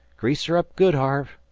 grease her up good, harve.